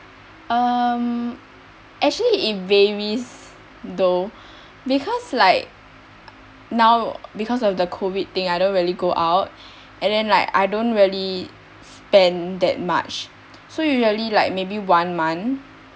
um actually it varies though because like now because of the COVID thing I don't really go out and then like I don't really spend that much so usually like maybe one month